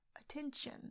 attention